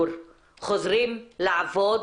חוזרים לעבוד,